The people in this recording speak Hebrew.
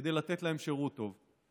כדי לתת להם שירות טוב,